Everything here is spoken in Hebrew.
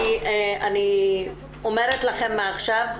אני אומרת לכם מעכשיו,